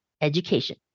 education